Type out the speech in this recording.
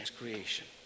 creation